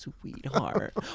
sweetheart